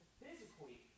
physically